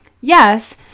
Yes